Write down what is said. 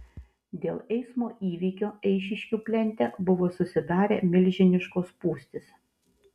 dėl eismo įvykio eišiškių plente buvo susidarę milžiniškos spūstys